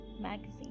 magazine